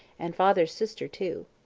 and father's sister too.